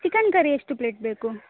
chicken curry ಎಷ್ಟು plate ಬೇಕು